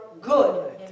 good